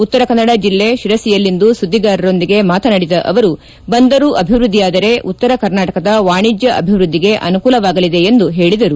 ಉತ್ತರಕನ್ನಡ ಜಿಲ್ಲೆ ಶಿರಸಿಯಲ್ಲಿಂದು ಸುದ್ದಿಗಾರರೊಂದಿಗೆ ಮಾತನಾಡಿದ ಅವರು ಬಂದರು ಅಭಿವೃದ್ದಿಯಾದರೆ ಉತ್ತರ ಕರ್ನಾಟಕದ ವಾಣಿಜ್ಞ ಅಭಿವೃದ್ದಿಗೆ ಅನುಕೂಲವಾಗಲಿದೆ ಎಂದು ಹೇಳಿದರು